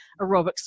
Aerobics